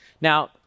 Now